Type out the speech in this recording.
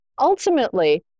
ultimately